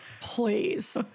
please